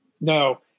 No